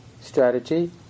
strategy